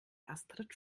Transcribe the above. astrid